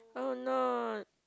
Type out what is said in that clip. oh no